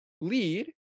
lead